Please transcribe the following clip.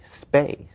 space